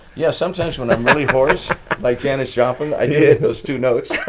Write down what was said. yeah. sometimes when i'm really hoarse like janis joplin i do hit those two notes.